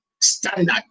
standard